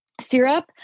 syrup